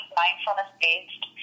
mindfulness-based